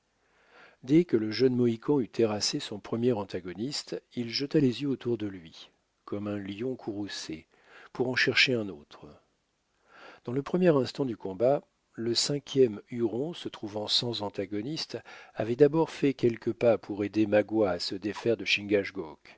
dès que le jeune mohican eut terrassé son premier antagoniste il jeta les yeux autour de lui comme un lion courroucé pour en chercher un autre dans le premier instant du combat le cinquième huron se trouvant sans antagoniste avait d'abord fait quelques pas pour aider magua à se défaire de